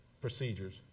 procedures